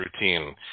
routine